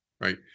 Right